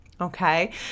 okay